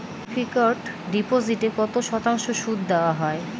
Fixed ডিপোজিটে কত শতাংশ সুদ দেওয়া হয়?